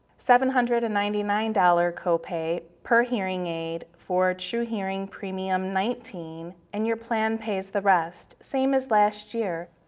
seven hundred and ninety nine dollars copay per hearing aid for truhearing premium nineteen, and your plan pays the rest, same as last year.